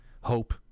hope